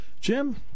Jim